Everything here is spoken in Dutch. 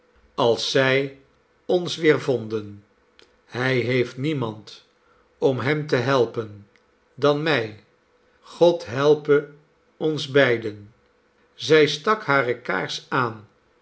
als zij ons weervonden hij heeft niemand om hem te helpen dan mij god helpe ons beiden zij stak hare kaars aan